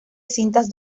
cintas